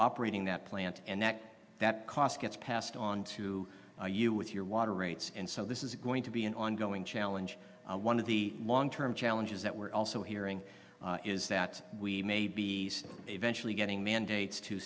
operating that plant and that that cost gets passed on to you with your water rates and so this is going to be an ongoing challenge one of the long term challenges that we're also hearing is that we may be eventually getting mandates to